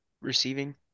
receiving